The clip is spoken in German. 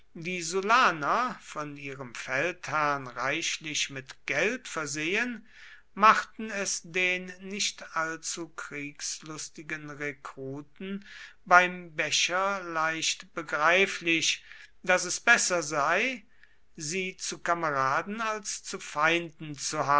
die sullaner von ihrem feldherrn reichlich mit geld versehen machten es den nicht allzu kriegslustigen rekruten beim becher leicht begreiflich daß es besser sei sie zu kameraden als zu feinden